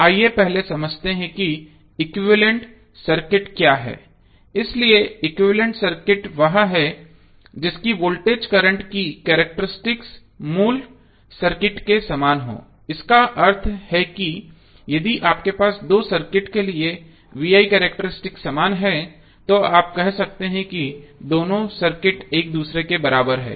आइए पहले समझते हैं कि इक्विवेलेंट सर्किट क्या है इसलिए इक्विवेलेंट सर्किट वह है जिसकी वोल्टेज करंट की कैरेक्टेरिस्टिक्स मूल सर्किट के समान हों इसका अर्थ है कि यदि आपके पास दो सर्किटों के लिए V I कैरेक्टरिस्टिक समान है तो आप कह सकते हैं कि दोनों सर्किट एक दूसरे के बराबर है